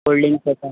folding sofa